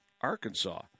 Arkansas